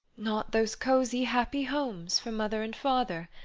not those cosy, happy homes for mother and father,